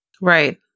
Right